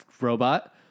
robot